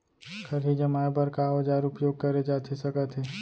खरही जमाए बर का औजार उपयोग करे जाथे सकत हे?